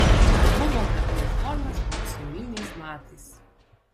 buvo be uniformos bet su auliniais batais